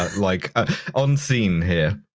ah like ah on scene here.